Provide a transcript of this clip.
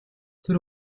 тэр